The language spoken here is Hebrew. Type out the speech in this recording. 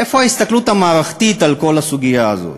איפה ההסתכלות המערכתית על כל הסוגיה הזאת?